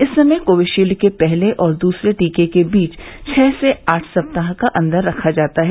इस समय कोविशील्ड के पहले और दूसरे टीके के बीच छह से आठ सप्ताह का अंतर रखा जाता है